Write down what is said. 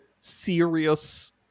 serious